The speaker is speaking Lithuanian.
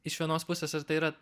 iš vienos pusės ar tai yra